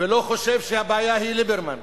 ולא חושב שהבעיה היא ליברמן.